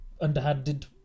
underhanded